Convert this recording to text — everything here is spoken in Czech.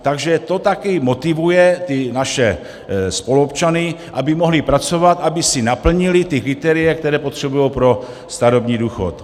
Takže to taky motivuje ty naše spoluobčany, aby mohli pracovat, aby si naplnili ta kritéria, která potřebují pro starobní důchod.